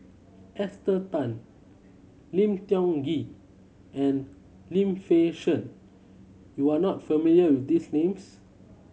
Esther Tan Lim Tiong Ghee and Lim Fei Shen you are not familiar with these names